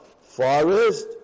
forest